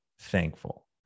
thankful